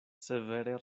severe